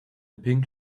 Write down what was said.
pink